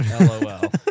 LOL